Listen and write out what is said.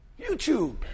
YouTube